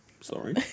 Sorry